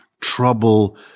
trouble